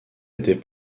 était